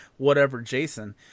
whateverjason